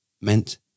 meant